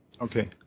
Okay